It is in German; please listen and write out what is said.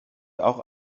auch